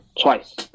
Twice